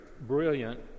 brilliant